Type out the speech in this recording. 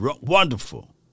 wonderful